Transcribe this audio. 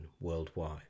worldwide